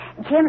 Jim